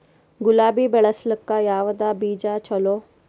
ಗುಲಾಬಿ ಬೆಳಸಕ್ಕ ಯಾವದ ಬೀಜಾ ಚಲೋ?